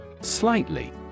Slightly